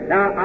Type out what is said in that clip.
Now